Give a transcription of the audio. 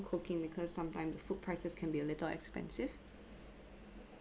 cooking because sometime the food prices can be a little expensive